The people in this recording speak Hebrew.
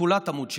נטולת עמוד שדרה.